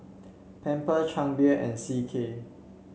Pampers Chang Beer and C K